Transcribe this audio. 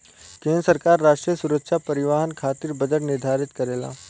केंद्र सरकार राष्ट्रीय सुरक्षा परिवहन खातिर बजट निर्धारित करेला